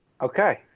okay